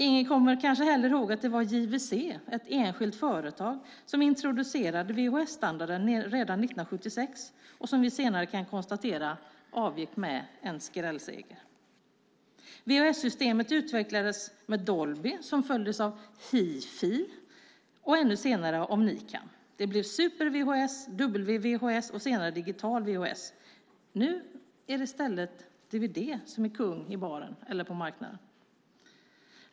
Ingen kommer kanske heller ihåg att det var JVC, ett enskilt företag, som introducerade VHS-standarden redan 1976 och, som vi senare kunde konstatera, avgick med en skrällseger. VHS-systemet utvecklades med Dolby, som följdes av Hifi och ännu senare av Nicam. Det blev Super VHS, W-VHS och senare Digital VHS. Nu är det i stället dvd som är kung i baren eller på marknaden.